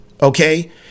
Okay